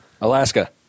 Alaska